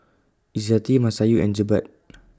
Izzati Masayu and Jebat